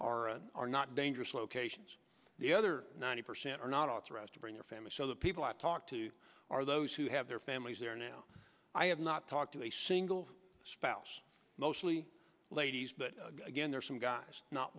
and are not dangerous locations the other ninety percent are not authorized to bring their families so the people i talk to are those who have their families there now i have not talked to a single spouse mostly ladies but again there are some guy not